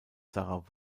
sarah